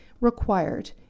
required